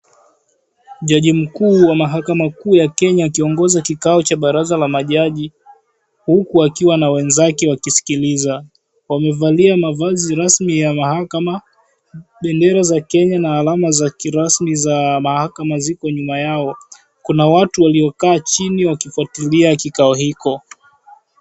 Jaji mkuu wa mahakama kuu ya Kenya akiongoza kikao cha baraza la majaji, huku akiwa na wenzake wakisikiliza. Wamevalia mavazi rasmi ya mahakama, bendera za Kenya na alama za kirasmi za mahakama ziko nyuma yao. Kuna watu waliokaa chini wakifuatilia kikao hicho.